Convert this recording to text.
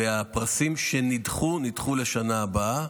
והפרסים שנדחו נדחו לשנה הבאה.